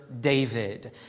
David